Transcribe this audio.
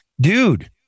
Dude